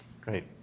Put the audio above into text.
Great